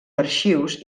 arxius